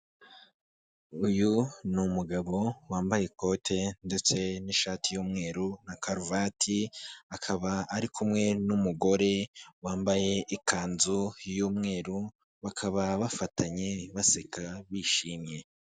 Uyu ni umugabo wambaye ikote ndetse n'ishati y'umweru na karuvati, akaba ari kumwe n'umugore wambaye ikanzu y'umweru, bakaba bafatanye baseka bishimye.